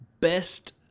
best